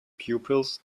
pupils